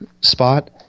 spot